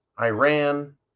Iran